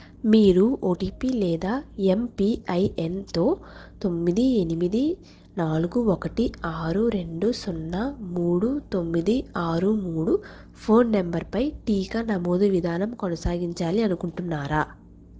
మీరు ఓటీపీ లేదా ఎమ్పిఐఎన్ తో తొమ్మిది ఎనిమిది నాలుగు ఒకటి ఆరు రెండు సున్నా మూడు తొమ్మిది ఆరు మూడు ఫోన్ నంబర్ పై టీకా నమోదు విధానం కొనసాగించాలి అనుకుంటున్నారా